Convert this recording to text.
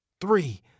three